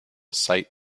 site